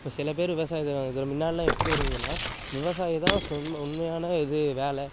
இப்போ சிலப் பேர் விவசாயத்தை இது மின்னாடிலாம் எப்படி இருந்துதுன்னா விவசாயி தான் உண்மையான இது வேலை